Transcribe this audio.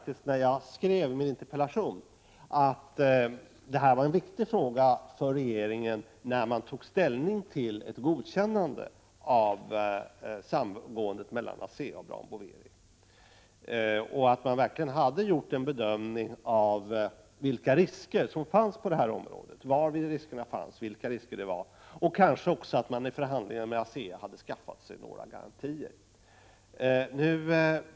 När jag skrev min interpellation förutsatte jag att detta var en viktig fråga för regeringen då den tog ställning till ett godkännande av samgåendet mellan ASEA och Brown Boveri, att regeringen verkligen hade gjort en bedömning av riskerna och att regeringen kanske i förhandlingarna med ASEA hade skaffat sig några garantier.